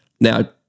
Now